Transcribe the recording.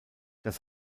das